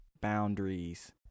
boundaries